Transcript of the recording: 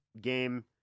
game